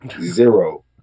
Zero